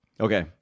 Okay